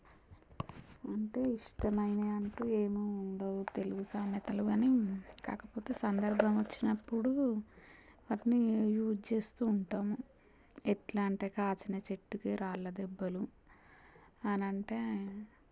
అంటే ఇష్టమైనవంటూ ఏమీ ఉండవు తెలుగు సామెతలు అని కాకపోతే సందర్భమొచ్చినప్పుడు వాటిని యూజ్ చేస్తూ ఉంటాము ఎట్లా అంటే కాచిన చెట్టుకే రాళ్ళ దెబ్బలు అనంటే